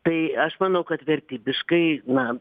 tai aš manau kad vertybiškai na